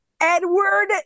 edward